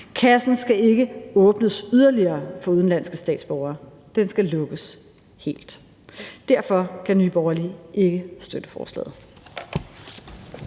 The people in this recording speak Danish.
Kassen skal ikke åbnes yderligere for udenlandske statsborgere. Den skal lukkes helt. Derfor kan Nye Borgerlige ikke støtte forslaget.